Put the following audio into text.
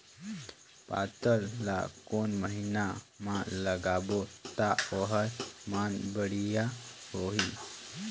पातल ला कोन महीना मा लगाबो ता ओहार मान बेडिया होही?